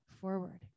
forward